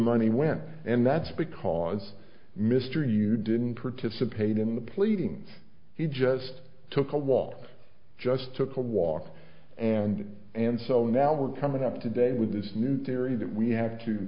money went and that's because mr you didn't partizan pain in the pleadings he just took a walk just took a walk and and so now we're coming up today with this new theory that we have to